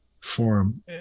form